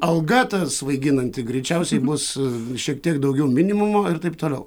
alga ta svaiginanti greičiausiai bus šiek tiek daugiau minimumo ir taip toliau